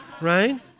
right